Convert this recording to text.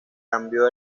cambió